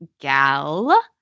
Gal